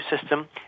system